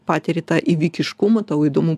patiri tą įvykiškumą tau įdomu